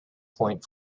point